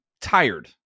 tired